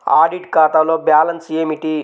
Audit ఖాతాలో balance ఏమిటీ?